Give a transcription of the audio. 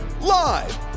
Live